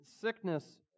sickness